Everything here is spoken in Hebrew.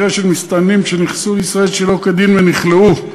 במקרה של מסתננים שנכנסו לישראל שלא כדין ונכלאו,